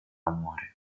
amore